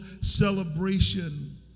celebration